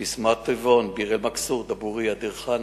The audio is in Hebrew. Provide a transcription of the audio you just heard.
בסמת-טבעון, ביר-אל-מכסור, דבורייה, דיר-חנא,